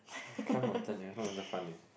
climb mountain eh no wonder fun eh